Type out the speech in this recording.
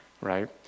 right